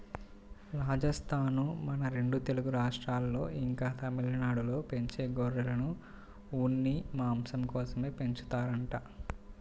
రాజస్థానూ, మన రెండు తెలుగు రాష్ట్రాల్లో, ఇంకా తమిళనాడులో పెంచే గొర్రెలను ఉన్ని, మాంసం కోసమే పెంచుతారంట